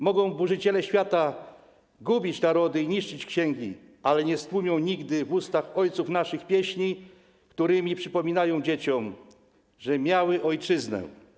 Mogą burzyciele świata gubić narody i niszczyć księgi, ale nie stłumią nigdy w ustach ojców naszych pieśni, którymi przypominają dzieciom, że miały ojczyznę.